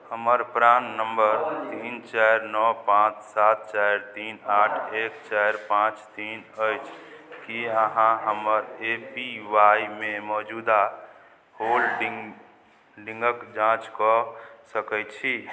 हमर प्राण नम्बर तीन चारि नओ पाँच सात चारि तीन आठ एक चारि पाँच तीन अरि कि अहाँ हमर ए पी वाइ मे मौजूदा होलडिन्ग डिन्गके जाँच कऽ सकै छी